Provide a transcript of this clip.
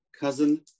cousin